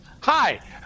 Hi